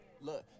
Look